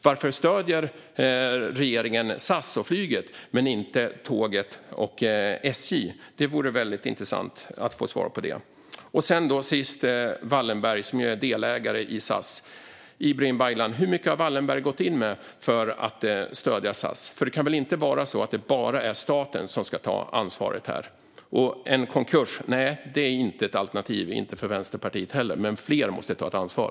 Varför stöder regeringen SAS och flyget men inte tåget och SJ? Det vore väldigt intressant att få svar på. Wallenberg är delägare i SAS. Hur mycket har Wallenberg gått in med för att stödja SAS, Ibrahim Baylan? Det kan väl inte vara så att det bara är staten som ska ta ansvaret här? Nej, en konkurs är inte ett alternativ för Vänsterpartiet heller. Men fler måste ta ansvar.